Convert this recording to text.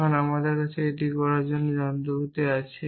এখন আমাদের কাছে এটি করার জন্য যন্ত্রপাতি আছে